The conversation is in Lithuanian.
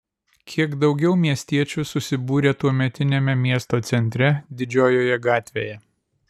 kiek daugiau miestiečių susibūrė tuometiniame miesto centre didžiojoje gatvėje